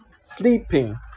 SLEEPING